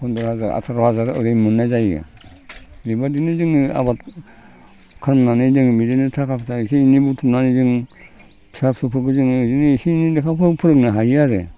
फन्द्र हाजार अथ्र' हाजार ओरै मोननाय जायो बेबायदिनो जोङो आबाद खालामनानै जोङो बिदिनो थाखा फैसा थाइसे थाइनै बुथुमानै जों फिसा फिसौफोरखौ जोङो इरैनो एसे एनै लेखाखौ फोरोंनो हायो आरो